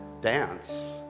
dance